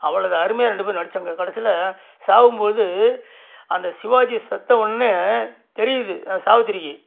அவ்ளோவு அருமையாக ரெண்டு பேரும் நடித்தாங்க கடைசியில் சாகும்போது அந்த சிவாஜி செத்தவொடன்னே தெரியுது சாவித்திரிக்கு